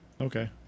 Okay